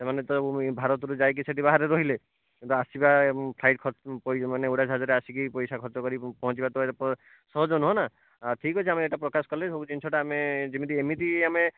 ସେମାନେ ତ ଭାରତରୁ ଯାଇକି ତ ସେଠି ବାହାରେ ରହିଲେ କିନ୍ତୁ ଆସିବା ଏବଂ ଫ୍ଲାଇଟ୍ ଖର୍ଚ୍ଚ ମାନେ ଉଡ଼ାଯାହାଜରେ ଆସିକି ପଇସା ଖର୍ଚ୍ଚ କରି ପହଞ୍ଚିବା ତ ସହଜ ନୁହେଁ ନା ଠିକ୍ ଅଛି ଆମେ ଏଇଟା ପ୍ରକାଶ କଲେ ସବୁ ଜିନିଷଟା ଆମେ ଯେମିତି ଏମିତି ଆମେ